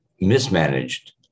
mismanaged